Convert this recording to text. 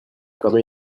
permet